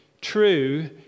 true